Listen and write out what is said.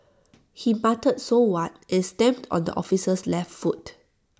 he muttered so what and stamped on the officer's left foot